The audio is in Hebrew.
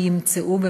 ימצאו את